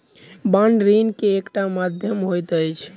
bond ऋण के एकटा माध्यम होइत अछि